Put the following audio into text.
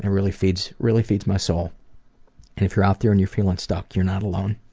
it really feeds really feeds my soul. and if you're out there and you're feeling stuck, you're not alone.